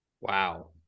Wow